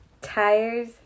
tires